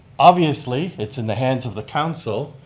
obviously it's in the hands of the council,